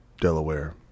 delaware